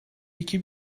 iki